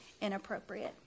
inappropriate